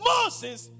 Moses